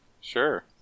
sure